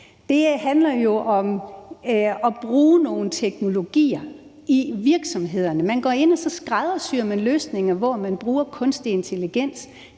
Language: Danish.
Det handler jo om at bruge nogle teknologier i virksomhederne. Man går ind, og så skræddersyer man løsninger, hvor man bruger kunstig intelligens